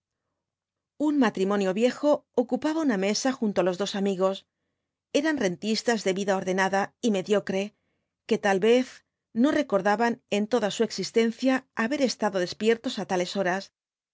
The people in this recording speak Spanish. un matrimonio viejo ocupaba una mesa junto á los dos amigos eran rentistas de vida ordenada y mediocre que tal vez no recordaban en toda su existencia haber estado despiertos á tales horas